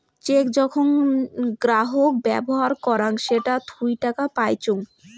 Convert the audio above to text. check যখন গ্রাহক ব্যবহার করাং সেটা থুই টাকা পাইচুঙ